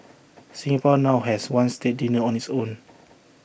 Singapore now has one state dinner on its own